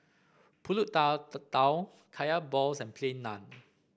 pulut tatal Kaya Balls and Plain Naan